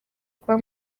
kuba